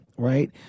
right